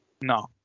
No